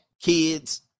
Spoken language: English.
kids